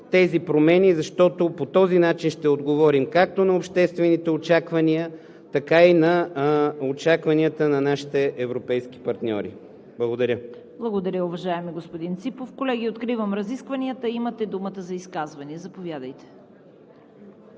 тези промени, защото по този начин ще отговорим както на обществените очаквания, така и на очакванията на нашите европейски партньори. Благодаря. ПРЕДСЕДАТЕЛ ЦВЕТА КАРАЯНЧЕВА: Благодаря, уважаеми господин Ципов. Колеги, откривам разискванията – имате думата за изказвания. Заповядайте,